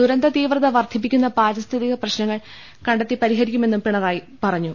ദുരന്ത തീവ്രത വർധിപ്പിക്കുന്ന പാരിസ്ഥിതിക പ്രശ്നങ്ങൾ കണ്ടെത്തി പരിഹരിക്കുമെന്നും പിണറായി പറഞ്ഞു